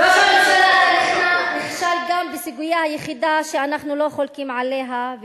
גם בסוגיה היחידה שאנחנו לא חולקים עליה,